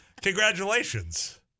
Congratulations